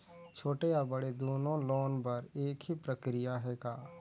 छोटे या बड़े दुनो लोन बर एक ही प्रक्रिया है का?